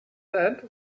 that